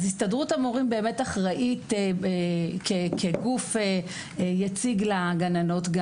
הסתדרות המורים אחראית כגוף יציג לגננות.